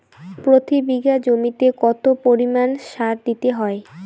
প্রতি বিঘা জমিতে কত পরিমাণ সার দিতে হয়?